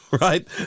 right